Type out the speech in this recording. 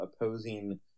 opposing